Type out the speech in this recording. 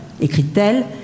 écrit-elle, «